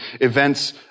events